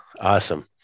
awesome